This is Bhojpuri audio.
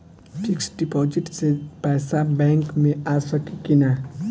फिक्स डिपाँजिट से पैसा बैक मे आ सकी कि ना?